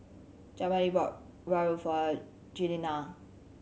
Jameel bought rawon for Glenna